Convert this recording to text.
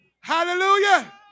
hallelujah